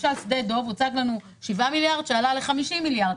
למשל שדה דב הוצג לנו 7 מיליארד שעלה ל-50 מיליארד.